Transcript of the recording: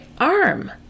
arm